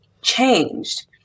changed